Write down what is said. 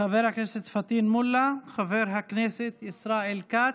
חבר הכנסת פטין מולא, חבר הכנסת ישראל כץ,